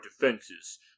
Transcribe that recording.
defenses